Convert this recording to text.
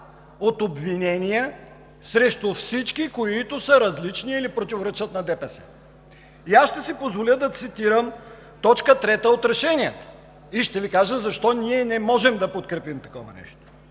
от обвинения срещу всички, които са различни или противоречат на ДПС. И аз ще си позволя да цитирам точка трета от решението и ще Ви кажа защо ние не можем да подкрепим такова нещо: